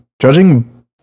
Judging